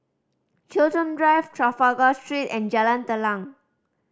Chiltern Drive Trafalgar Street and Jalan Telang